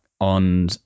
on